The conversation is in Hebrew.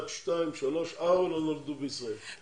יש פה ארבעה לא נולדו בישראל.